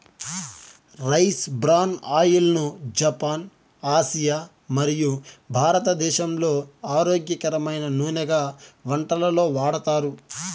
rice bran oil ను Japan, Asia మరియు భారతదేశంలో ఆరోగ్యకరమైన నూనెగా వంటలలో వాడతారు